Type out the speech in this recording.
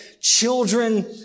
children